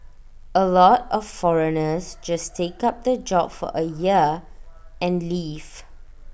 A lot of foreigners just take up the job for A year and leave